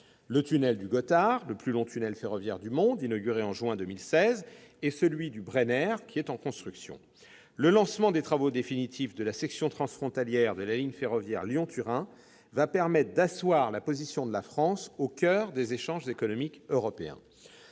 le tunnel du Gothard, le plus long tunnel ferroviaire du monde, inauguré en juin 2016, et celui du Brenner, en construction. Le lancement des travaux définitifs de la section transfrontalière de la ligne ferroviaire Lyon-Turin va permettre d'asseoir la position de la France au coeur des échanges économiques européens.